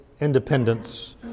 Independence